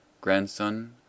grandson